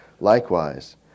Likewise